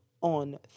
on